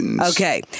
Okay